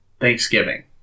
Thanksgiving